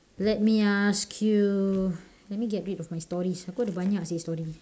let me ask you let me get rid of my stories aku ada banyak seh stories